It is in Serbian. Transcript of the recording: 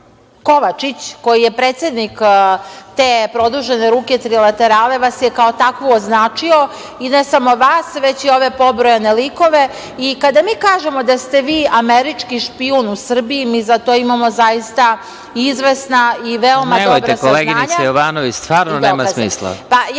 Kovačić, koji je predsednik te produžene ruke trilaterale vas je kao takvu označio, i ne samo vas već i ove pobrojane likove, i kada mi kažemo da ste vi američki špijun u Srbiji, mi za to imamo zaista izvesna i veoma dobra saznanja…(Predsedavajući: Nemojte, koleginice Jovanović, stvarno nema smisla.)Ja